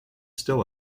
still